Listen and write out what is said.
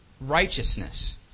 righteousness